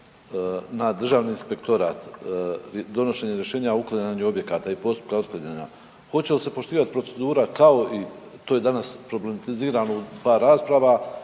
na Državni inspektorat, donošenjem rješenja o uklanjanju objekata i postupka otklanjanja, hoće li se poštivati procedura kao i, to je danas problematizirano u par rasprava,